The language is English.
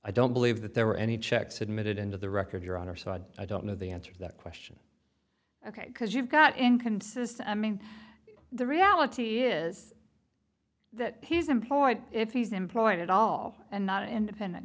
i don't believe that there were any checks admitted into the record your honor side i don't know the answer to that question ok because you've got inconsistent i mean the reality is that he's employed if he's employed at all and not an independent